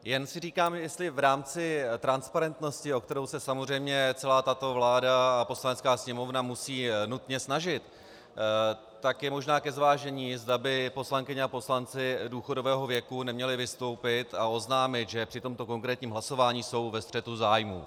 Jen si říkám, že v rámci transparentnosti, o kterou se samozřejmě celá tato vláda a Poslanecká sněmovna musí nutně snažit, je možná ke zvážení, zda by poslankyně a poslanci důchodového věku neměli vystoupit a oznámit, že při tomto konkrétním hlasování jsou ve střetu zájmů.